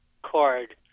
Card